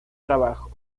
trabajo